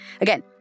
Again